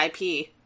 ip